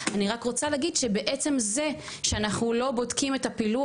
אני רק רוצה להגיד שבעצם זה שאנחנו לא בודקים את הפילוח,